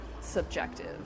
subjective